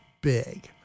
big